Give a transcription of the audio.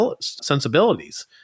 sensibilities